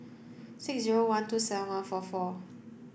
six zero one two seven one four four